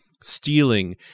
stealing